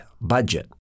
budget